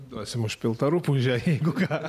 duosime užpiltą rupūžę jeigu ką